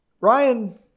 Ryan